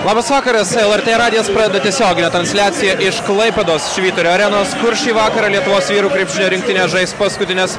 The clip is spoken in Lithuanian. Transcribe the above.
labas vakaras lrt radijas pradeda tiesioginę transliaciją iš klaipėdos švyturio arenos kur šį vakarą lietuvos vyrų krepšinio rinktinė žais paskutines